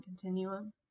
continuum